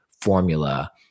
formula